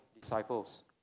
disciples